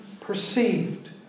perceived